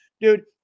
dude